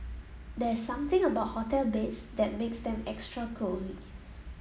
there's something about hotel beds that makes them extra cosy